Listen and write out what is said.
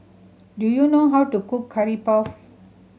do you know how to cook Curry Puff